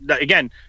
again